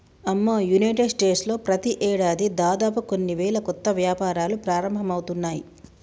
అమ్మో United States లో ప్రతి ఏడాది దాదాపు కొన్ని వేల కొత్త వ్యాపారాలు ప్రారంభమవుతున్నాయి